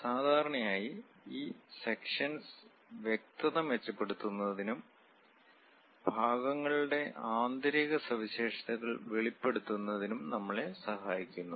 സാധാരണയായി ഈ സെക്ഷൻസ് വ്യക്തത മെച്ചപ്പെടുത്തുന്നതിനും ഭാഗങ്ങളുടെ ആന്തരിക സവിശേഷതകൾ വെളിപ്പെടുത്തുന്നതിനും നമ്മളെ സഹായിക്കുന്നു